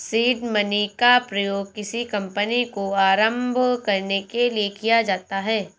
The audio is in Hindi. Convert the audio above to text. सीड मनी का प्रयोग किसी कंपनी को आरंभ करने के लिए किया जाता है